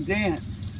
dance